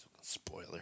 spoiler